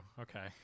Okay